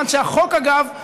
אגב,